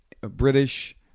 British